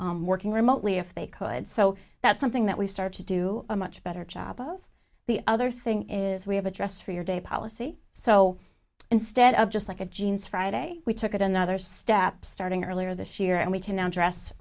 working remotely if they could so that's something that we start to do a much better job of the other thing is we have a dress for your day policy so instead of just like a jeans friday we took it another step starting earlier this year and we can now dress